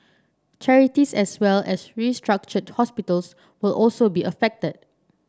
charities as well as restructured hospitals will also be affected